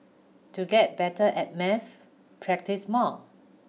to get better at math practise more